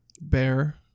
bear